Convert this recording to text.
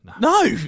no